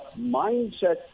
mindset